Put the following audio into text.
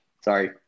Sorry